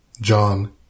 John